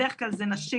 בדרך כלל זה נשים,